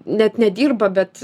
net nedirba bet